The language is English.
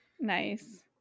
nice